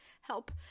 help